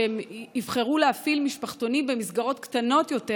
שהם יבחרו להפעיל משפחתונים במסגרות קטנות יותר